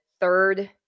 third